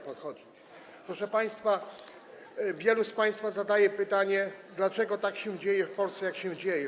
Proszę państwa, wielu z państwa zadaje pytanie, dlaczego tak się dzieje w Polsce, jak się dzieje.